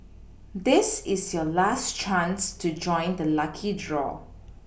this is your last chance to join the lucky draw